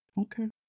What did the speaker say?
okay